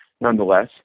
nonetheless